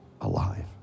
alive